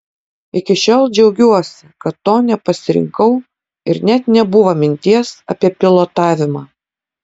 iki šiol džiaugiuosi kad to nepasirinkau ir net nebuvo minties apie pilotavimą